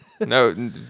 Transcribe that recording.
No